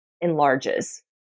enlarges